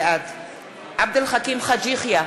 בעד עבד אל חכים חאג' יחיא,